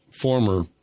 former